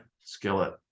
Skillet